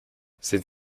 sind